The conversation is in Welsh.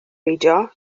beidio